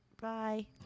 Bye